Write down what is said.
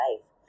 life